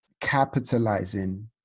capitalizing